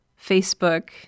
Facebook